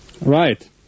Right